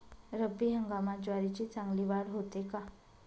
रब्बी हंगामात ज्वारीची चांगली वाढ होते का?